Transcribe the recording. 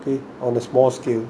on a small scale